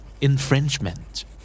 infringement